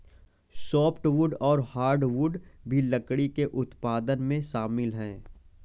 softwood और hardwood भी लकड़ी के उत्पादन में शामिल है